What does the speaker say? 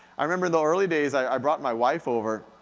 i remember in the early days i brought my wife over,